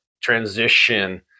transition